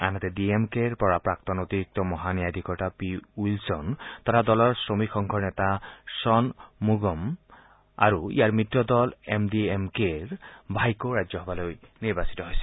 আনহাতে D M কেৰ পৰা প্ৰাক্তন অতিৰিক্ত মহা ন্যায়াধিকৰ্তা পি উইলছন আৰু দলৰ শ্ৰমিক সংঘৰ নেতা শ্বন মুগম আৰু ইয়াৰ মিত্ৰ দল এম ডি এম কেৰ পৰা ভাইক' ৰাজ্যসভালৈ নিৰ্বাচিত হৈছে